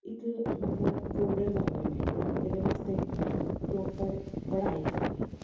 ਇੱਕ ਮਤਲਬ ਕੋਡਰਸ ਆ ਗਏ ਨੇ ਇਹਦੇ ਵਾਸਤੇ ਪ੍ਰੋਪਰ ਪੜ੍ਹਾਈ ਆ ਗਈ ਹੈ